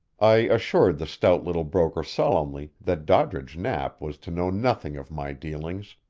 i assured the stout little broker solemnly that doddridge knapp was to know nothing of my dealings.